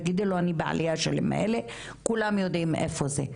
תגידי לו אני בעליה של מעלא כולם יודעים איפה זה.